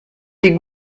des